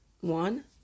one